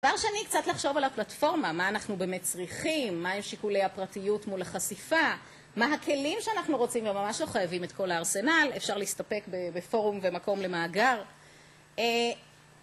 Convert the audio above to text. דבר שני, קצת לחשוב על הפלטפורמה, מה אנחנו באמת צריכים, מה עם שיקולי הפרטיות מול החשיפה, מה הכלים שאנחנו רוצים וממש לא חייבים את כל הארסנל, אפשר להסתפק בפורום ובמקום למאגר